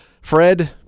Fred